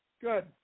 Good